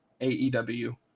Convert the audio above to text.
AEW